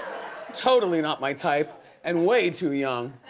totally not my type and way too young.